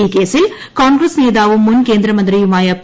ഈ കേസിൽ കോൺഗ്രസ് നേതാവും മുൻ ക്കൂന്റ് മന്ത്രിയുമായ പി